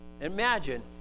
imagine